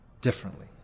differently